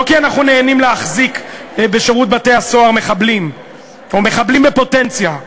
לא כי אנחנו נהנים להחזיק בשירות בתי-הסוהר מחבלים או מחבלים בפוטנציה.